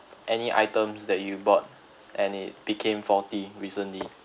any items that you bought and it became faulty recently